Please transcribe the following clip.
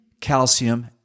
calcium